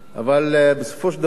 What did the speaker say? אבל בסופו של דבר,